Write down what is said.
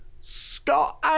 Scott